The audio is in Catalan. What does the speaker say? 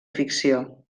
ficció